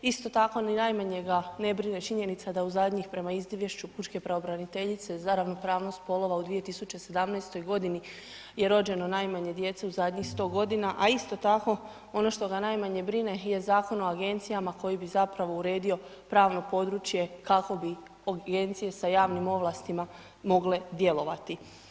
Isto tako, ni najmanje ga ne brine činjenica, da u zadnjih, prema izvješću Pučke pravobraniteljice za ravnopravnost spolova u 2017. godini je rođeno najmanje djece u zadnjih 100 godina, a isto tako, ono što ga najmanje brine je Zakon o agencijama koji bi zapravo uredio pravno područje kako bi agencije sa javnim ovlastima mogle djelovati.